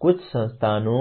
कुछ संस्थानों